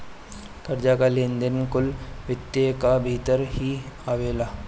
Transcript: कर्जा कअ लेन देन कुल वित्त कअ भितर ही आवेला